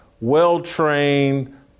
well-trained